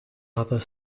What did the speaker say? other